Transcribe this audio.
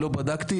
לא בדקתי.